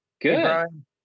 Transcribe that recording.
Good